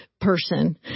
person